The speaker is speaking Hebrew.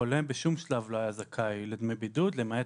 חולה בשום שלב לא היה זכאי לדמי בידוד למעט